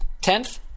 Tenth